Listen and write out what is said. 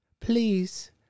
Please